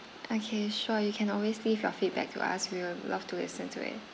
okay sure you can always leave your feedback to us we'll love to listen to it